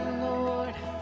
lord